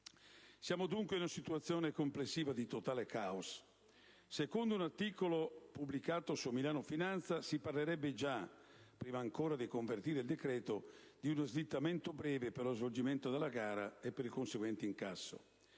Siamo dunque in una situazione di totale caos. Secondo un articolo pubblicato su «Milano Finanza», si parlerebbe già - prima ancora di convertire il decreto - di uno slittamento breve per lo svolgimento della gara e per il conseguente incasso,